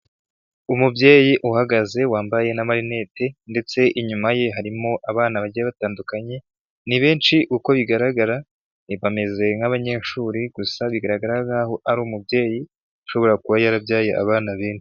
Umubyeyi uhagaze wambaye n'amarinete ndetse inyuma ye harimo abana bagiye batandukanye, ni benshi uko bigaragara bameze nk'abanyeshuri gusa bigaragara nkaho ari umubyeyi ushobora kuba yarabyaye abana benshi.